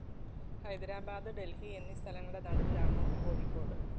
ഹൈദരാബാദ് ഡൽഹി എന്നി സ്ഥലങ്ങളുടെ നടുവിലാണോ കോഴിക്കോട്